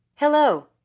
Hello